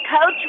coach